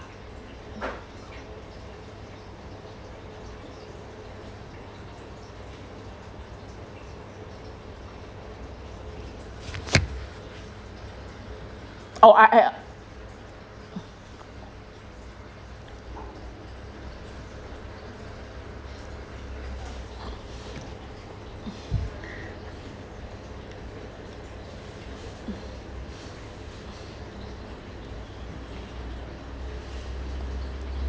oh I uh